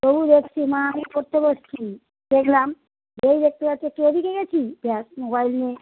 তবু দেখছি মা আমি পড়তে বসছি দেখলাম যেই দেখতে পাচ্ছে একটু এদিকে গেছি ব্যাস মোবাইল নিয়ে